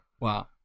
Wow